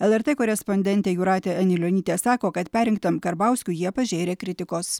lrt korespondentė jūratė anilionytė sako kad perrinktam karbauskiui jie pažėrė kritikos